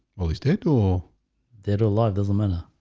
always did or they don't live doesn't matter